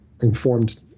informed